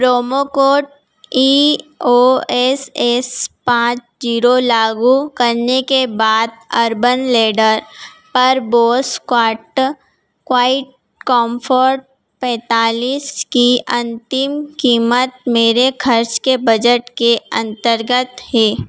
promo code E O S S पाँच zero लागू करने के बाद अर्बन लैडर पर बोस क्वाइटकॉम्फोर्ट पैंतालीस की अंतिम कीमत मेरे खर्च के बजट के अंतर्गत है